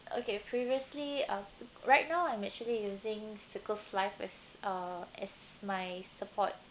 okay previously uh right now I'm actually using circles life as uh as my support